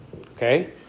Okay